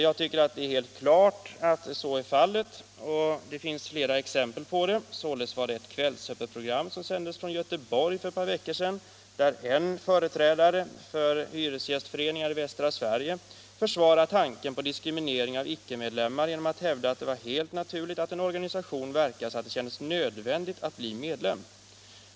Jag tycker det är helt klart att en sådan vilja finns, och vi har flera exempel på det. Således sändes ett Kvällsöppetprogram från Göteborg för några veckor sedan, där en företrädare för hyresgästföreningar i västra Sverige försvarade tanken på diskriminering av icke-medlemmar genom att hävda att det var helt naturligt att en organisation verkade så att det kändes nödvändigt att bli medlem.